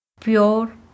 pure